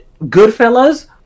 Goodfellas